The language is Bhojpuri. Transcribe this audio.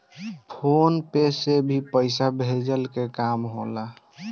फ़ोन पे से भी पईसा भेजला के काम होला